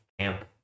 camp